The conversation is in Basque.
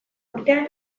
urtean